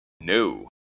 No